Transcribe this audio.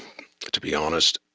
to be honest,